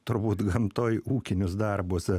turbūt gamtoj ūkinius darbus